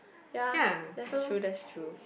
ya that's true that's true